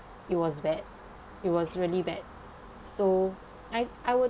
it was bad it was really so I I would